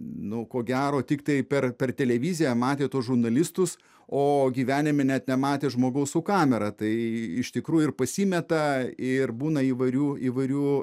nu ko gero tiktai per per televiziją matė tuos žurnalistus o gyvenime net nematė žmogaus su kamera tai iš tikrųjų ir pasimeta ir būna įvairių įvairių